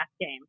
game